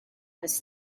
was